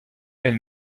elle